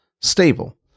stable